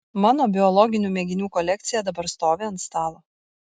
mano biologinių mėginių kolekcija dabar stovi ant stalo